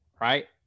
Right